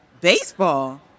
Baseball